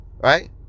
right